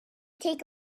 take